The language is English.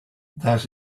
that